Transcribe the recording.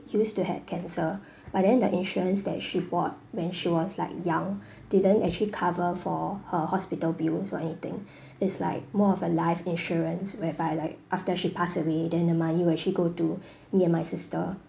used to have cancer but then the insurance that she bought when she was like young didn't actually cover for her hospital bills or anything it's like more of a life insurance whereby like after she pass away then the money will actually go to me and my sister